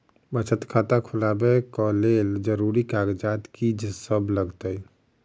बचत खाता खोलाबै कऽ लेल जरूरी कागजात की सब लगतइ?